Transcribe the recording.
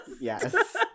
Yes